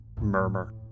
murmur